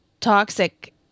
toxic